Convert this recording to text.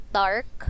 dark